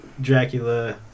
Dracula